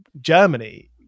Germany